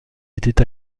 été